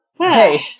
Hey